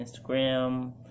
Instagram